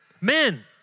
Men